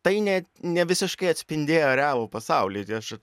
tai ne ne visiškai atspindėjo realų pasaulį aš